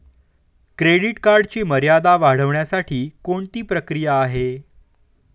Credit कार्डची मर्यादा वाढवण्यासाठी कोणती प्रक्रिया आहे?